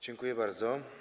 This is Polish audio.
Dziękuję bardzo.